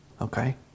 Okay